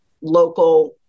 local